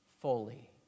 fully